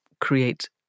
create